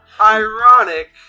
Ironic